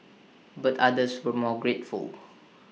but others were more grateful